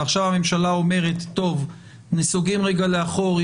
ועכשיו הממשלה אומרת: נסוגים רגע לאחור,